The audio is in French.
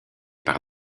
par